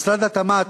משרד התמ"ת,